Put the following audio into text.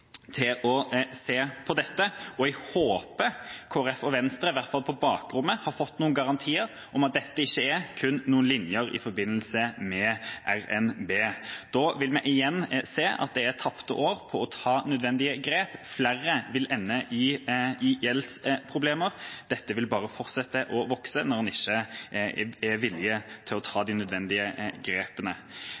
til å se på dette. Jeg håper Kristelig Folkeparti og Venstre – i hvert fall på bakrommet – har fått noen garantier om at dette ikke kun er noen linjer i forbindelse med revidert nasjonalbudsjett, RNB. Da vil vi igjen se at det er tapte år med tanke på å ta nødvendige grep – flere vil ende i gjeldsproblemer. Dette vil bare fortsette å vokse når en ikke er villig til å ta de nødvendige grepene.